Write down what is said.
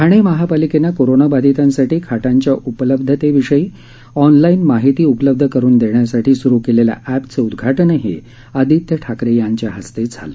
ठाणे महापालिकेनं कोरोनाबाधितांसाठी खाटांच्या उपलब्धतेविषयी ऑनलाईन माहिती उपलब्ध करून देण्यासाठी स्रु केलेल्या अॅपचं उद्घाटनही आदित्य ठाकरे यांच्या हस्ते झालं